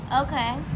Okay